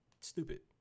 stupid